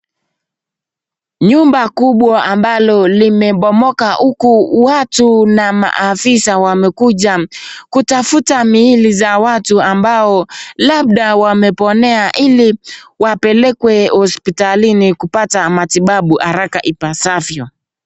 Nyumba kubwa ambalo limebomoka huku watu na maafisa wamekuja kutafuta mili za watu ambao labda wameponea ili wapelekwe hospitalini kupata matibabu haraka ipasavyo.